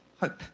hope